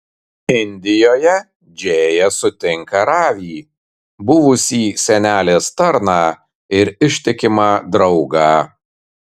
indijoje džėja sutinka ravį buvusį senelės tarną ir ištikimą draugą